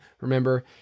remember